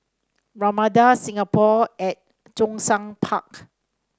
Ramada Singapore at Zhongshan Park